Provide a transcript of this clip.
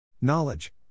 Knowledge